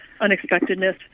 unexpectedness